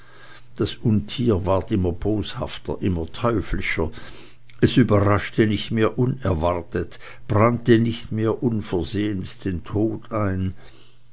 das untier ward immer boshafter immer teuflischer es überraschte nicht mehr unerwartet brannte nicht mehr unversehens den tod ein